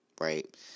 right